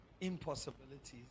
impossibilities